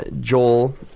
Joel